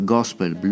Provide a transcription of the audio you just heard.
Gospel